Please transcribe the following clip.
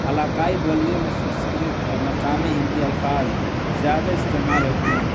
علاقائی بولیوں میں سنسکرت اور مقامی ہندی الفاظ زیادہ استعمال ہوتے ہیں